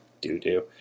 Do-do